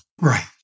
Right